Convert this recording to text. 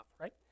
right